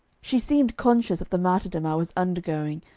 she seemed conscious of the martyrdom i was undergoing,